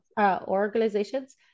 organizations